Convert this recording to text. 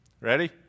Ready